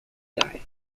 guy